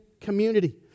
community